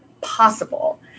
possible